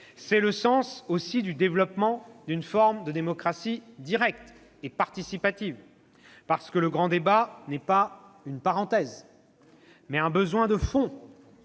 C'est le sens aussi du développement d'une forme de démocratie directe »- et participative -,« parce que le grand débat n'est pas une parenthèse, mais un besoin de fond